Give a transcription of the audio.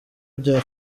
bya